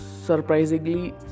Surprisingly